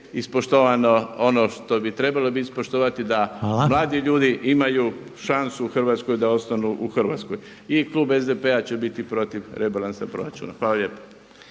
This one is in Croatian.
ispoštovano ono što bi trebalo biti ispoštovano da mladi ljudi imaju šansu u Hrvatskoj da ostanu u Hrvatskoj. I klub SDP-a će biti protiv rebalansa proračuna. Hvala lijepa.